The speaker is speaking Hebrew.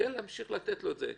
וכן להמשיך לתת לו את זה.